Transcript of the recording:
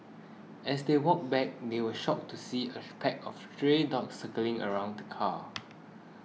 as they walked back they were shocked to see a pack of stray dogs circling around the car